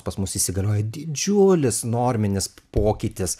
pas mus įsigalioja didžiulis norminis pokytis